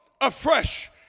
afresh